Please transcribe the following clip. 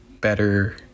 better